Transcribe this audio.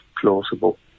plausible